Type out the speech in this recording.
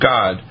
God